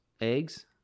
eggs